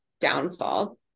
downfall